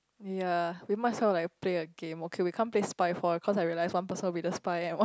ya we might as well like play a game okay we can't play Spyfall cause I realise one person will be the spy and one